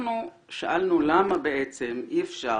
אנחנו שאלנו למה בעצם אי אפשר,